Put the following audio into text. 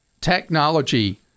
technology